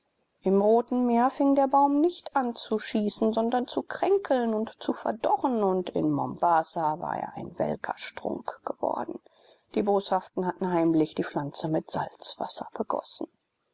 im roten meer fing der baum nicht an zu schießen sondern zu kränkeln und zu verdorren und in mombassa war er ein welker strunk geworden die boshaften hatten heimlich die pflanze mit salzwasser begossen